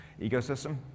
ecosystem